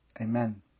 Amen